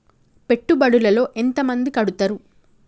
పెట్టుబడుల లో ఎంత మంది కడుతరు?